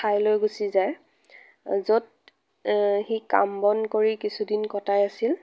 ঠাইলৈ গুচি যায় য'ত সি কাম বন কৰি কিছু দিন কটাই আছিল